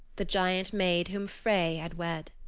the giant maid whom frey had wed.